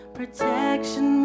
protection